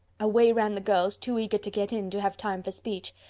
away ran the girls, too eager to get in to have time for speech.